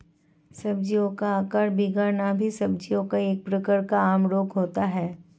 सब्जियों का आकार बिगड़ना भी सब्जियों का एक प्रकार का आम रोग होता है